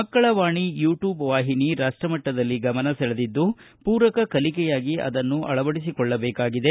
ಮಕ್ಕಳ ವಾಣಿ ಯೂಟ್ಯೂಬ್ ವಾಹಿನಿ ರಾಷ್ಟಮಟ್ಟದಲ್ಲಿ ಗಮನ ಸೆಳೆದಿದ್ದು ಪೂರಕ ಕಲಿಕೆಯಾಗಿ ಅದನ್ನು ಅಳವಡಿಸಿಕೊಳ್ಳಬೇಕಾಗಿದೆ